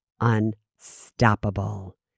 unstoppable